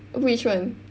which one